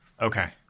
Okay